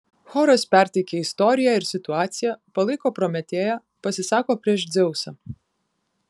choras perteikia istoriją ir situaciją palaiko prometėją pasisako prieš dzeusą